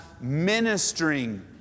ministering